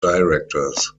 directors